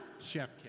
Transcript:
chef